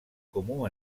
comú